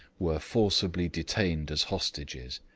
were forcibly detained as hostages,